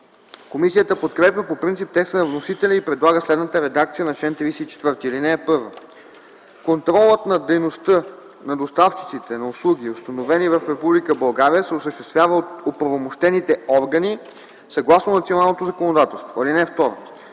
Комисията подкрепя по принцип текста на вносителя и предлага следната редакция на чл. 34: „Чл. 34. (1) Контролът на дейността на доставчиците на услуги, установени в Република България, се осъществява от оправомощените органи съгласно националното законодателство.